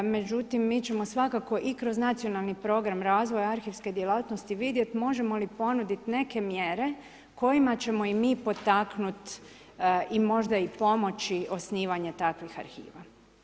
Međutim, mi ćemo svakako i kroz nacionalni program razvoja arhivske djelatnosti vidjeti možemo li ponuditi neke mjere kojima ćemo i mi potaknuti i možda i pomoći osnivanje takvih arhiva.